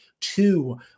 two